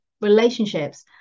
relationships